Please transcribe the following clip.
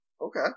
Okay